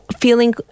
feeling